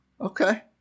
okay